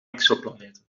exoplaneten